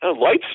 lights